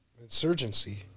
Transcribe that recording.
insurgency